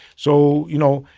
so, you know,